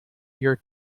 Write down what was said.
year